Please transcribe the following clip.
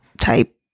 type